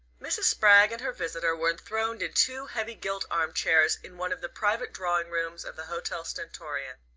mrs. spragg and her visitor were enthroned in two heavy gilt armchairs in one of the private drawing-rooms of the hotel stentorian.